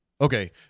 okay